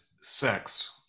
sex